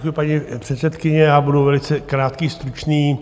Děkuju, paní předsedkyně, já budu velice krátký, stručný.